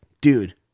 dude